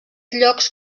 llocs